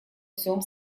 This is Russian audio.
всем